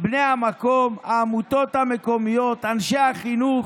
בני המקום, העמותות המקומיות, אנשי החינוך,